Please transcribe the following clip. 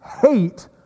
hate